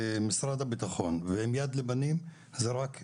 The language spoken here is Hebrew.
משרד הבטחון ועם יד לבנים זה רק יוסיף,